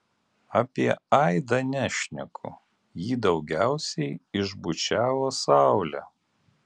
apie aidą nešneku jį daugiausiai išbučiavo saulė